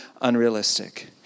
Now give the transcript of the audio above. unrealistic